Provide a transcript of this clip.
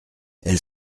elle